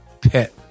pet